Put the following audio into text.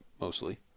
mostly